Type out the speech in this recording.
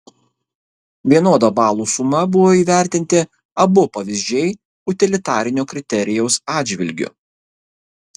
vienoda balų suma buvo įvertinti abu pavyzdžiai utilitarinio kriterijaus atžvilgiu